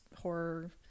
horror